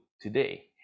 today